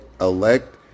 elect